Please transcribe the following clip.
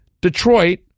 Detroit